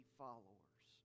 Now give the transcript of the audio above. followers